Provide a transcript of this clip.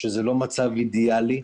שזה לא מצב אידיאלי,